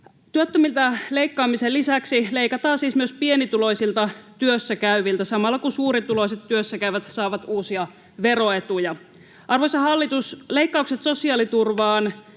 Työttömiltä leikkaamisen lisäksi leikataan siis myös pienituloisilta työssäkäyviltä, samalla kun suurituloiset työssäkäyvät saavat uusia veroetuja. Arvoisa hallitus, leikkaukset sosiaaliturvaan